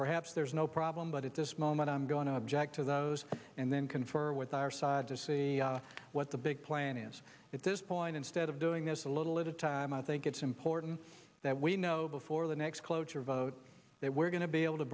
perhaps there is no problem but at this moment i'm going to object to those and then confer with our side to see what the big plan is at this point instead of doing this a little at a time i think it's important that we know before the next cloture vote that we're going to be able to